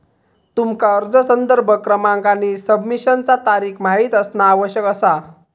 तुमका अर्ज संदर्भ क्रमांक आणि सबमिशनचा तारीख माहित असणा आवश्यक असा